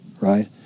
right